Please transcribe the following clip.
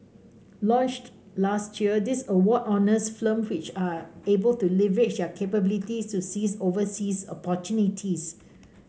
launched last year this award honours firms which are able to leverage their capabilities to seize overseas opportunities